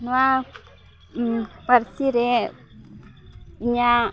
ᱱᱚᱣᱟ ᱯᱟᱹᱨᱥᱤ ᱨᱮ ᱤᱧᱟᱹᱜ